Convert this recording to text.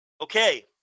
Okay